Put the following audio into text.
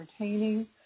entertaining